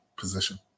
position